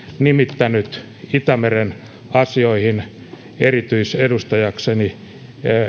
nimittänyt itämeren asioihin erityisedustajakseni